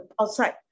outside